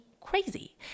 crazy